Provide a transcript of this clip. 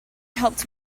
helped